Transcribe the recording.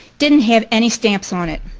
didn't have any stamps on it.